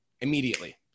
immediately